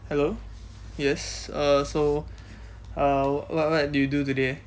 hello yes uh so uh what what did you do today